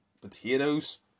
potatoes